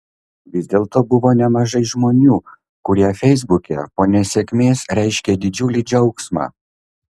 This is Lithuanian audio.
vis dėlto buvo nemažai žmonių kurie feisbuke po nesėkmės reiškė didžiulį džiaugsmą